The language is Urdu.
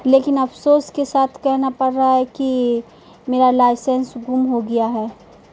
لیکن افسوس کے ساتھ کہنا پڑ رہا ہے کہ میرا لائسنس گم ہو گیا ہے